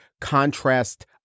contrast